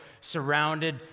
surrounded